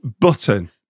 Button